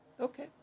okay